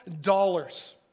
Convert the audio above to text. dollars